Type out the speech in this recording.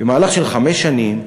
במהלך של חמש שנים,